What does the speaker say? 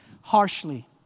harshly